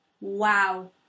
Wow